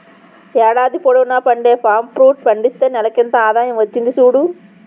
ఏడాది పొడువునా పండే పామ్ ఫ్రూట్ పండిస్తే నెలకింత ఆదాయం వచ్చింది సూడు